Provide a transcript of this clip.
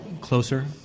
closer